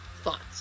thoughts